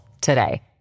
today